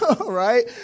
right